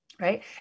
right